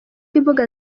imbuga